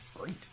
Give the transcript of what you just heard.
great